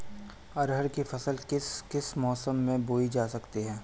अरहर की फसल किस किस मौसम में बोई जा सकती है?